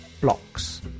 blocks